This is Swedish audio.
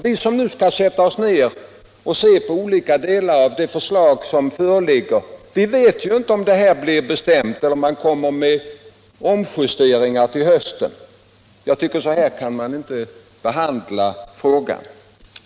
Vi i försvarsutskottet som nu skall bedöma de förslag om totalförsvaret som föreligger vet ju inte om de ligger fast eller om regeringen kommer med justeringar till hösten. Så kan man inte behandla försvarsfrågan.